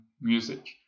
music